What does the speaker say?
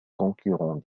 concurrent